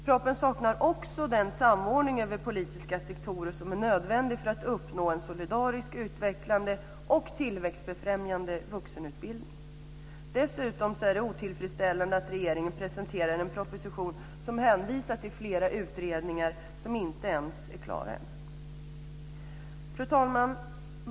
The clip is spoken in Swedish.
Propositionen saknar också den samordning över politiska sektorer som är nödvändig för att uppnå en solidarisk, utvecklande och tillväxtfrämjande vuxenutbildning. Dessutom är det otillfredsställande att regeringen presenterar en proposition där det hänvisas till flera utredningar som inte ens är klara än. Fru talman!